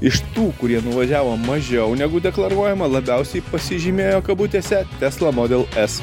iš tų kurie nuvažiavo mažiau negu deklaruojama labiausiai pasižymėjo kabutėse tesla model s